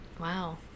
Wow